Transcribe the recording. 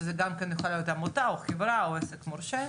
שזה גם כן יכול להיות עמותה או חברה או עסק מורשה,